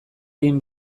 egin